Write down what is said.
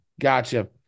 Gotcha